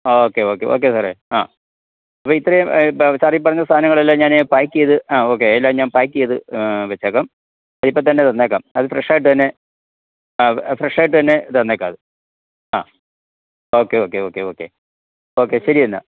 okay okay okay സാറെ ആ അപ്പോള് ഇത്രയും സാര് ഈ പറഞ്ഞ സാധനങ്ങളെല്ലാം ഞാന് പായ്ക്ക് ചെയ്ത് ആ ഓക്കെ എല്ലാം ഞാന് പായ്ക്ക് ചെയ്ത് വെച്ചേക്കാം അതിപ്പം തന്നെ തന്നേക്കാം അത് ഫ്രഷായിട്ട് തന്നെ ആ ഫ്രെഷായിട്ട് തന്നെ തന്നേക്കാമത് ആ okay okay okay okay okay ശരി എന്നാല്